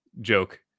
joke